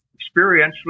experientially